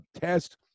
test